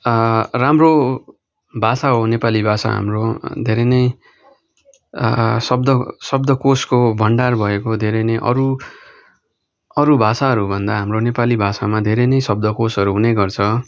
राम्रो भाषा हो नेपाली भाषा हाम्रो धेरै नै शब्द शब्दकोशको भण्डार भएको धेरै नै अरू अरू भाषाहरूभन्दा हाम्रो नेपाली भाषामा धेरै नै शब्दकोशहरू हुने गर्छ